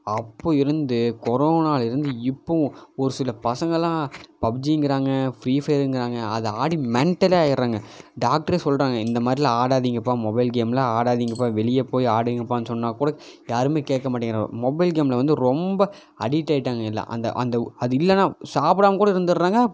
அப்போ இருந்து கொரோனா இருந்து இப்போவும் ஒரு சில பசங்கள்லாம் பப்ஜிங்கறாங்க ஃப்ரீஃபயருங்கறாங்க அது ஆடி மெண்டலே ஆயிடுறாங்க டாக்டரே சொல்கிறாங்க இந்த மாதிரிலான் ஆடாதீங்கப்பா மொபைல் கேம்லான் ஆடாதீங்கப்பா வெளியே போய் ஆடுங்கப்பான்னு சொன்னால் கூட யாருமே கேட்க மாட்டேங்கிறாங்க மொபைல் கேமில் வந்து ரொம்ப அடிக்ட் ஆகிட்டாங்க எல்லாம் அந்த அந்த அது இல்லைன்னா சாப்பிடாம கூட இருந்துட்டுறாங்க